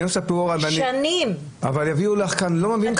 אני לא --- שנים! לא מביאים לכאן